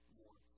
more